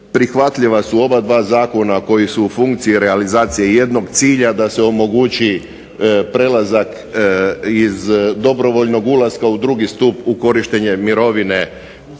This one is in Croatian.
prihvatljiva su oba dva zakona koji su u funkciji realizacije jednog cilja da se omogući prelazak iz dobrovoljnog ulaska u drugi stup u korištenje mirovine